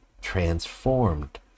transformed